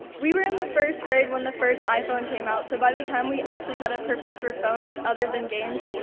we were in the first grade when the first iphone came out, so by the time we actually had a purpose for phones, other than games,